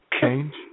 change